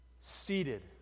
seated